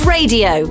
Radio